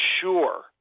sure